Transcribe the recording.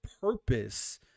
purpose